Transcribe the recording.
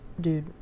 Dude